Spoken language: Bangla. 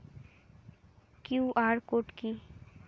কিউ.আর কোড কি?